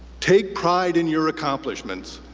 take pride in your accomplishments.